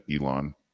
Elon